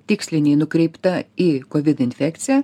tiksliniai nukreipta į kovid infekciją